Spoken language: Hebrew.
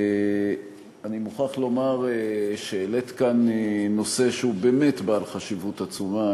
אני מוכרח לומר שהעלית כאן נושא שהוא באמת בעל חשיבות עצומה,